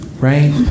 Right